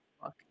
fuck